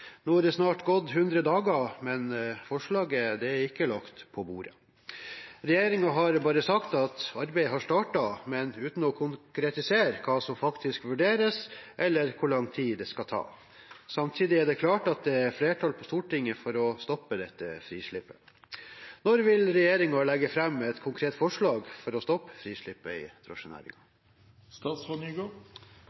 Nå er det snart gått 100 dager, men noe forslag er ikke lagt på bordet. Regjeringen har bare sagt at arbeidet har startet, men uten å konkretisere hva som faktisk vurderes, eller hvor lang tid det skal ta. Samtidig er det klart at det er flertall på Stortinget for å stoppe frislippet. Når vil regjeringen legge frem et konkret forslag for å stoppe frislippet i